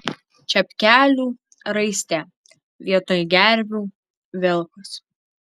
čepkelių raiste vietoj gervių vilkas